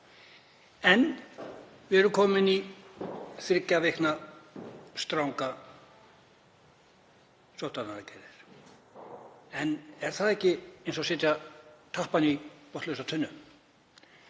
Við erum komin í þriggja vikna strangar sóttvarnaaðgerðir. En er það ekki eins og setja tappa í botnlausa tunnu